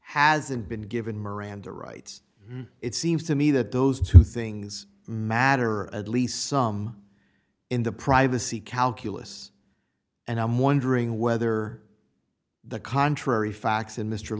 hasn't been given miranda rights it seems to me that those two things matter at least some in the privacy calculus and i'm wondering whether the contrary facts in mr